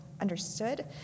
understood